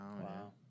Wow